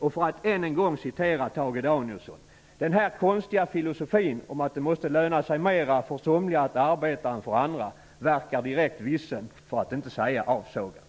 Och för att än en gång citera Tage Danielsson: ''Den här konstiga filosofin om att det måste löna sej mera för somliga att arbeta än för andra verkar direkt vissen, för att inte säja avsågad.''